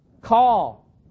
Call